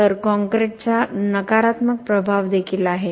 तर कॉंक्रिटचा नकारात्मक प्रभाव देखील आहे